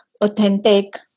authentic